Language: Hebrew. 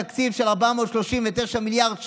תקציב של 439 מיליארד ש"ח,